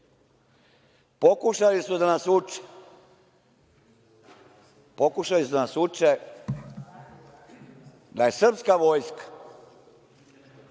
Pokušali su da nas uče da je srpska vojska,